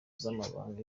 z’amabanga